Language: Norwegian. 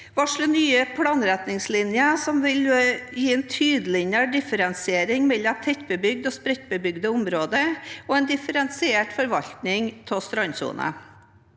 at de nye planretningslinjene vil gi en tydeligere differensiering mellom tettbebygde og spredtbebygde områder og en differensiert forvaltning av strandsonen.